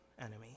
enemy